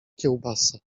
kiełbasa